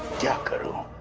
got got to